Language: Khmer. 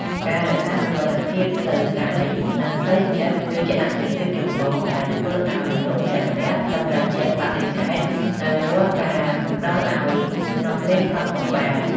ការរក្សាសុវត្ថិភាពផ្លូវកាយ និងផ្លូវចិត្តគឺជាអាទិភាពចម្បងដែលធ្វើឱ្យមនុស្សម្នាក់ៗសម្រេចចិត្តបដិសេធនូវរាល់ការផ្តល់ឱ្យក្នុងពេលខឹងសម្បារ។